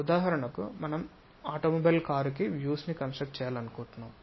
ఉదాహరణకు మనం automobile car కి వ్యూస్ ను కన్స్ట్రక్ట్ చేయాలనుకుంటున్నాము